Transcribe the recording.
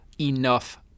enough